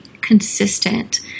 consistent